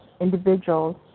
individuals